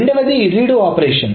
రెండవది read operation